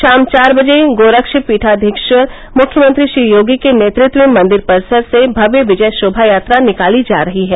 शाम चार बजे गोरक्ष पीठाधीश्वर मुख्यमंत्री श्री योगी के नेतृत्व में मंदिर परिसर से भव्य विजय शोभायात्रा निकाली जा रही है